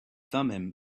thummim